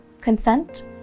consent